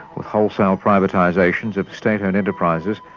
with wholesale privatisations of state-owned enterprises,